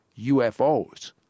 UFOs